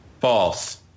False